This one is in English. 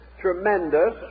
tremendous